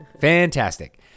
Fantastic